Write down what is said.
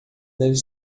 deve